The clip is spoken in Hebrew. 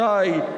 שי,